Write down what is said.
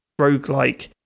roguelike